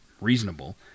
reasonable